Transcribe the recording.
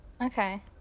Okay